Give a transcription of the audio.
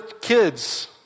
kids